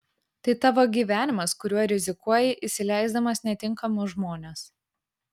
tai tavo gyvenimas kuriuo rizikuoji įsileisdamas netinkamus žmones